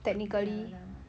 you still haven't done ah